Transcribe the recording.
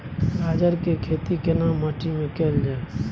गाजर के खेती केना माटी में कैल जाए?